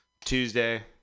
Tuesday